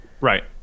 right